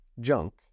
junk